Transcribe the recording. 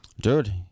Dude